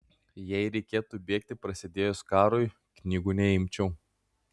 jei reikėtų bėgti prasidėjus karui knygų neimčiau